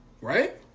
right